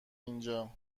اینجا